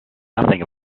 nothing